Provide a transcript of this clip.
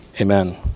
Amen